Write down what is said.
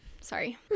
Sorry